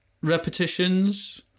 Repetitions